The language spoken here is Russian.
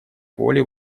воли